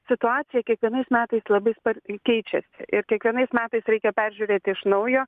situacija kiekvienais metais labai spar keičiasi ir kiekvienais metais reikia peržiūrėti iš naujo